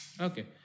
Okay